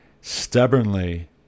stubbornly